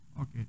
Okay